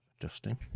adjusting